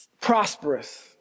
prosperous